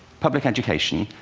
public education?